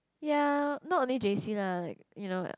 ya not only J_C lah like you know